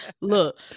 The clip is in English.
Look